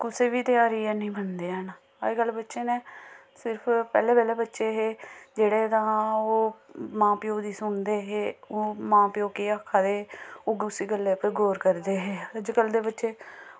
कुसै बी तेहार गी ऐ निं मनदे न अजकल्ल बच्चे न सिर्फ पैह्लें पैह्लें बच्चे हे जेह्ड़े तां ओह् मां प्योऽ दी सुनदे हे ओह् मां प्योऽ केह् आक्खा दे ओह् उस गल्लै पर गौर करदे हे अजकल्ल दे बच्चे